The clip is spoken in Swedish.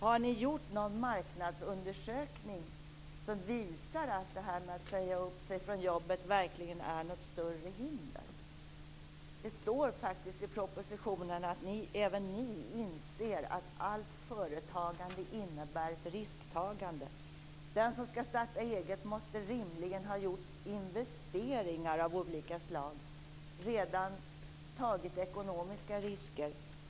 Har ni gjort någon marknadsundersökning som visar att det här med att säga upp sig från jobbet verkligen är något större hinder? Det står i propositionen att även ni inser att allt företagande innebär ett risktagande. Den som skall starta eget måste rimligen ha gjort investeringar av olika slag och redan tagit ekonomiska risker.